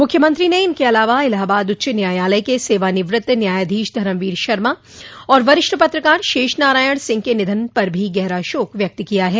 मुख्यमंत्री ने इनके अलावा इलाहाबाद उच्च न्यायालय के सवानिवृत्त न्यायाधीश धर्मवीर शर्मा और वरिष्ठ पत्रकार शेष नारायण सिंह के निधन पर भी गहरा शोक व्यक्त किया है